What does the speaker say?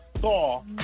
saw